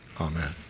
Amen